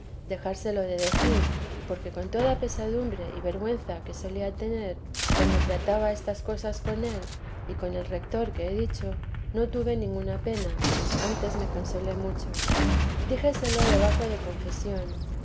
dejárselo de decir porque con toda la pesadumbre y vergüenza que solía tener cuando trataba estas cosas con él y con el retor que he dicho no tuve ninguna pena antes me consolé mucho díjeselo debajo de confesión